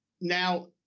Now